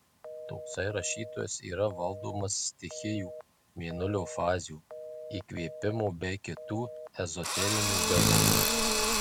toksai rašytojas yra valdomas stichijų mėnulio fazių įkvėpimo bei kitų ezoterinių gaivalų